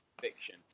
fiction